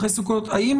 האם